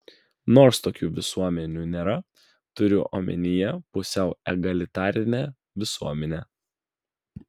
nors tokių visuomenių nėra turiu omenyje pusiau egalitarinę visuomenę